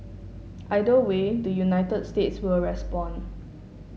either way the United States will respond